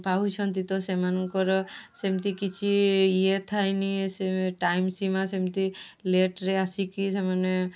ପାଉଛନ୍ତି ତ ସେମାନଙ୍କର ସେମିତି କିଛି ଇଏ ଥାଏନି ସେ ଟାଇମ୍ ସୀମା ସେମିତି ଲେଟ୍ରେ ଆସିକି ସେମାନେ